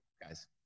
guys